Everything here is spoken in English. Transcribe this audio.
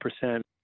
percent